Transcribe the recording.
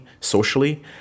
socially